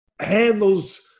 handles